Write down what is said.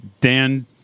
Dan-